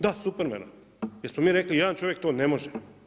Da, Supermana jer smo mi rekli jedan čovjek to ne može.